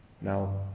Now